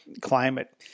climate